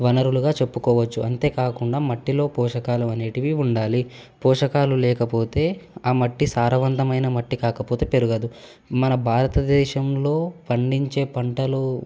వనరులుగా చెప్పుకోవచ్చు అంతేకాకుండా మట్టిలో పోషకాలు అనేటివి ఉండాలి పోషకాలు లేకపోతే ఆ మట్టి సారవంతమైన మట్టి కాకపోతే పెరుగదు మన భారతదేశంలో పండించే పంటలు